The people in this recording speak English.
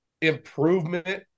improvement